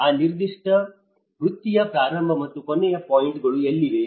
ಆ ನಿರ್ದಿಷ್ಟ ವೃತ್ತಿಯ ಪ್ರಾರಂಭ ಮತ್ತು ಕೊನೆಯ ಪಾಯಿಂಟ್ಗಳು ಎಲ್ಲಿವೆ